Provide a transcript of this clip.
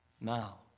now